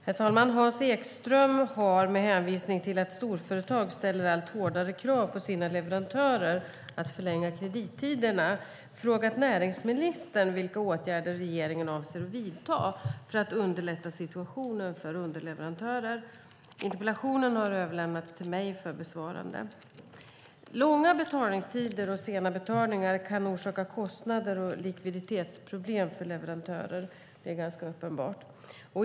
Herr talman! Hans Ekström har, med hänvisning till att storföretag ställer allt hårdare krav på sina leverantörer att förlänga kredittiderna, frågat näringsministern vilka åtgärder regeringen avser att vidta för att underlätta situationen för underleverantörer. Interpellationen har överlämnats till mig för besvarande. Långa betalningstider och sena betalningar kan orsaka kostnader och likviditetsproblem för leverantörer. Det är ganska uppenbart.